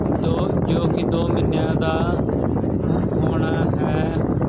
ਦੋ ਜੋ ਕਿ ਦੋ ਮਹੀਨਿਆਂ ਦਾ ਹੋਣਾ ਹੈ